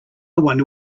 wonder